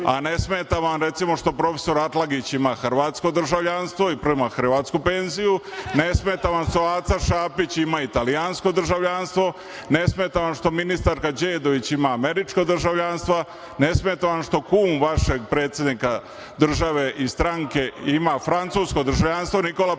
Ne smeta vam, recimo, što profesor Atlagić ima hrvatsko državljanstvo i prima hrvatsku penziju. Ne smeta vam što Aca Šapić ima italijansko državljanstvo. Ne smeta vam što ministarka Đedović ima američko državljanstvo, ne smeta vam što kum vašeg predsednika države i stranke ima francusko državljanstvo, Nikola Petrović.